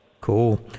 Cool